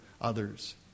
others